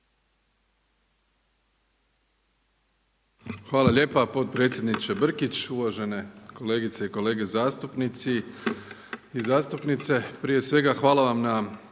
Hvala lijepa potpredsjedniče Brkić, uvažene kolegice i kolege zastupnici i zastupnice. Prije svega hvala vam na